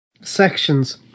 sections